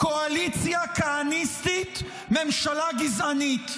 קואליציה כהניסטית, ממשלה גזענית.